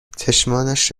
چشمانش